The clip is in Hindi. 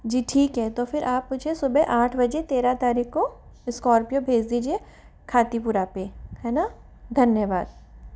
जी ठीक है तो फिर आप मुझे सुबह आठ बजे तेरह तारीख को इस्कॉर्पियो भेज दीजिए खातीपुरा पे है ना धन्यवाद